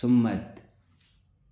Sumit